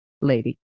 Lady